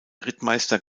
rittmeister